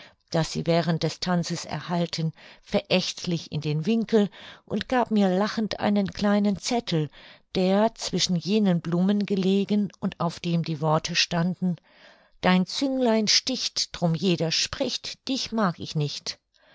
das sie während des tanzes erhalten verächtlich in den winkel und gab mir lachend einen kleinen zettel der zwischen jenen blumen gelegen und auf dem die worte standen dein zünglein sticht drum jeder spricht dich mag ich nicht